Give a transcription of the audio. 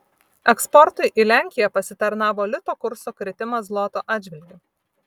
eksportui į lenkiją pasitarnavo lito kurso kritimas zloto atžvilgiu